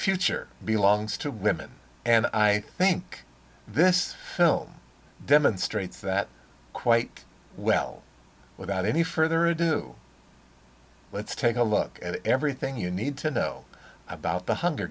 future belongs to women and i think this film demonstrates that quite well without any further ado let's take a look at everything you need to know about the hunger